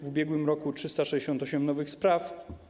W ubiegłym roku 368 nowych spraw.